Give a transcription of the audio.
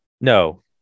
No